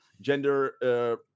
gender